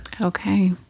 Okay